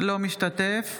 אינו משתתף